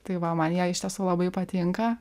tai va man jie iš tiesų labai patinka